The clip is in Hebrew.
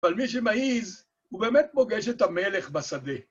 אבל מי שמעיז הוא באמת פוגש את המלך בשדה.